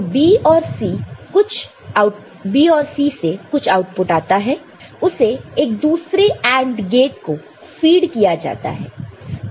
तो B और C कछु आउटपुट आता है उसे एक दूसरे AND गेट को फिड किया जाता है